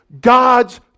God's